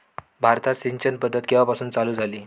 भारतात सिंचन पद्धत केवापासून चालू झाली?